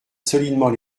solidement